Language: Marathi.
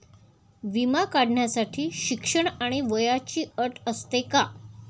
विमा काढण्यासाठी शिक्षण आणि वयाची अट असते का?